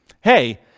Hey